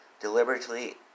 deliberately